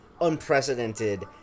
unprecedented